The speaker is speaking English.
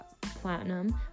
platinum